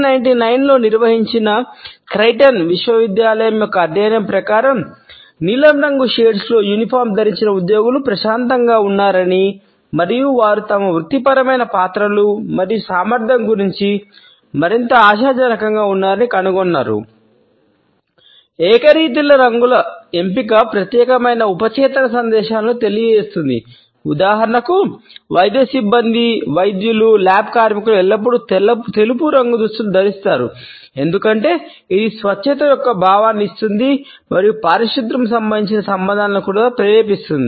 1999 లో నిర్వహించిన క్రైటన్ కార్మికులు ఎల్లప్పుడూ తెలుపు రంగు దుస్తులు ధరిస్తారు ఎందుకంటే ఇది స్వచ్ఛత యొక్క భావాన్ని ఇస్తుంది మరియు పారిశుధ్యం సంబంధించిన సంబంధాలను కూడా ప్రేరేపిస్తుంది